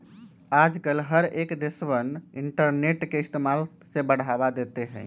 आजकल हर एक देशवन इन्टरनेट के इस्तेमाल से बढ़ावा देते हई